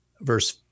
Verse